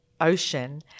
ocean